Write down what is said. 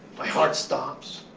my heart stops.